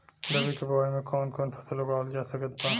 रबी के बोआई मे कौन कौन फसल उगावल जा सकत बा?